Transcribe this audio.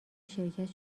شرکت